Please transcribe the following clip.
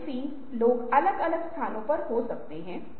इस विशेष तरीके से मैं कैसे समझा जा सकता है